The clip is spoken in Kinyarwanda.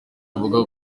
avuga